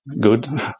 good